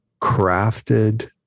crafted